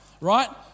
right